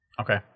okay